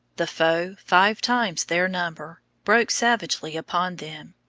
the foe, five times their number, broke savagely upon them.